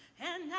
and